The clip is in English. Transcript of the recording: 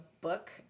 book